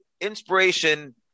inspiration